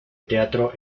teatro